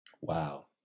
Wow